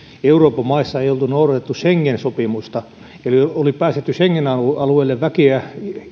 euroopan maissa ei oltu noudatettu schengen sopimusta eli oli päästetty schengen alueelle väkeä